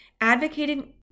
advocating